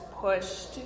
pushed